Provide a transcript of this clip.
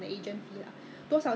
yeah what you wanna say